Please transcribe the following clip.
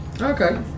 Okay